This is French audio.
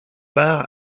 part